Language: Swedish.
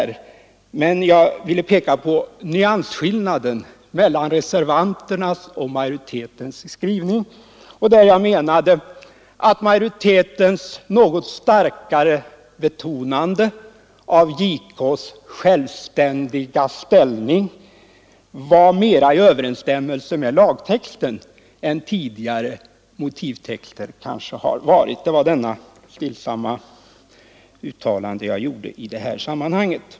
Men jag pekade på nyansskillnaden mellan reservanternas och majoritetens skrivning. Jag menade att majoritetens något starkare betonande av justitiekanslerns självständiga ställning var mera i överensstämmelse med lagtexten än tidigare motivtexter. Det var bara det stillsamma uttalande jag gjorde i detta sammanhang.